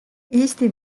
eesti